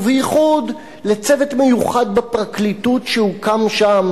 ובייחוד לצוות מיוחד בפרקליטות שהוקם שם,